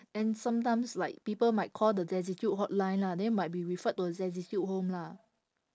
and sometimes like people might call the destitute hotline lah then might be referred to a destitute home lah